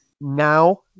now